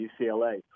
UCLA